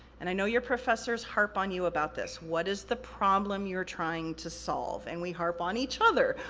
and i know your professors harp on you about this. what is the problem you're trying to solve? and we harp on each other,